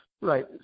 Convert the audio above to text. right